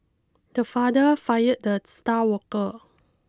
the father fired the star worker